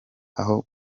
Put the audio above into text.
aho